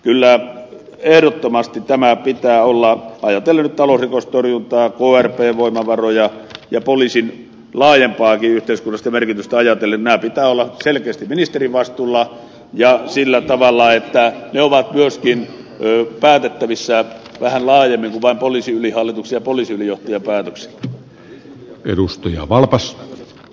kyllä näiden pitää ehdottomasti olla nyt talousrikostorjuntaa krpn voimavaroja ja poliisin laajempaakin yhteiskunnallista merkitystä ajatellen selkeästi ministerin vastuulla ja sillä tavalla että ne ovat myöskin päätettävissä vähän laajemmin kuin vain poliisiylihallituksen ja poliisiylijohtajan päätöksellä